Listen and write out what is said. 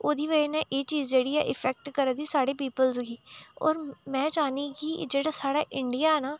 ओह्दी बजह् नै एह् चीज़ जेह्ड़ी ऐ इफ़ेक्ट करा दी साढ़ी पीपल्स गी होर में चाह्न्नी कि जेह्ड़ा साढ़ा इंडिया ना